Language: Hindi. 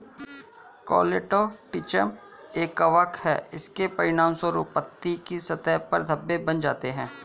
कोलेटोट्रिचम एक कवक है, इसके परिणामस्वरूप पत्ती की सतह पर धब्बे बन जाते हैं